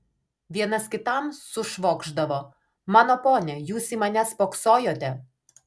vienas kitam sušvokšdavo mano pone jūs į mane spoksojote